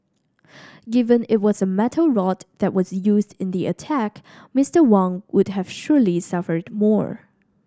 given it was a metal rod that was used in the attack Mister Wang would have surely suffered more